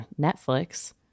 Netflix